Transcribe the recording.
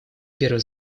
первый